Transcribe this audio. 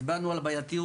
הצבענו על הבעייתיות,